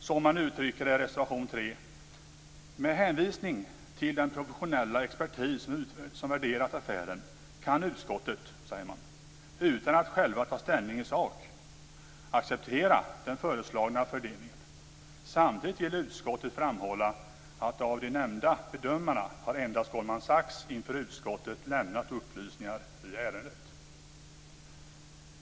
Som man uttrycker det i reservation 3: "Med hänvisning till den professionella expertis som värderat affären kan utskottet - utan att själv ta ställning i sak - acceptera den föreslagna fördelningen. Samtidigt vill utskottet framhålla att av de nämnda bedömarna har endast Goldman Sachs inför utskottet lämnat upplysningar i ärendet."